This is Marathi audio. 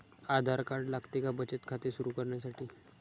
आधार कार्ड लागते का बचत खाते सुरू करण्यासाठी?